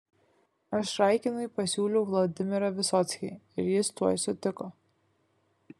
aš raikinui pasiūliau vladimirą visockį ir jis tuoj sutiko